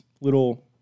little